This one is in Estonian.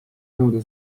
nõuda